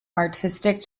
artistic